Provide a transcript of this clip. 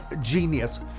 genius